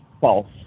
false